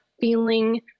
feeling